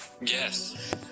Yes